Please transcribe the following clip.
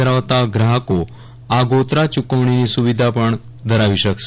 ધરાવતા ગ્રાહકો આગોતરા ચૂકવણીની સુવિધા પણ ધરાવી શકશે